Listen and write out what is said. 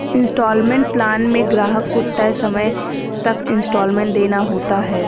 instalment plan में ग्राहक को तय समय तक इन्सटॉलमेंट देना होता है